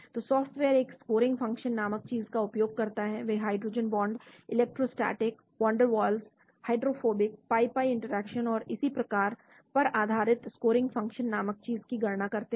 तो सॉफ्टवेयर एक scoring function नामक चीज़ का उपयोग करता है वे hydrogen bond electrostatics van der Waals hydrophobic pi pi interaction और इसी प्रकार पर आधारित स्कोरिंग फ़ंक्शन नामक चीज़ की गणना करते हैं